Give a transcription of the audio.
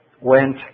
went